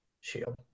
shield